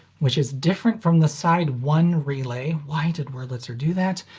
which is different from the side one relay why did wurlitzer do that?